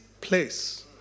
place